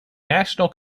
national